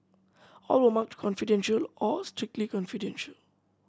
all were marked confidential or strictly confidential